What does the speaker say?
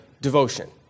devotion